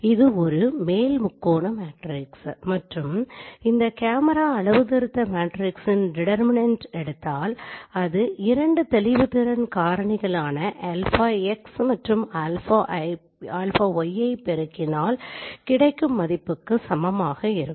இது ஒரு மேல் முக்கோண மேட்ரிக்ஸ் மற்றும் இந்த கேமரா அளவுத்திருத்த மேட்ரிக்ஸின் டீடெர்மினன்ட் எடுத்தால் அது இரண்டு தெளிவுத்திறன் காரணிகளான αx மற்றும் αy யை பெருகினால் கிடைக்கும் மதிப்புக்கு சமமாக இருக்கும்